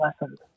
lessons